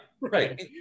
Right